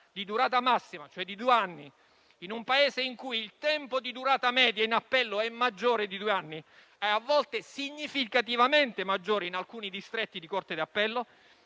di durata massima, cioè di due anni, in un Paese in cui il tempo di durata media in appello è maggiore - a volte anche significativamente - di due anni, in alcuni distretti di Corte d'appello,